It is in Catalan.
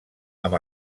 amb